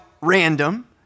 random